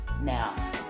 now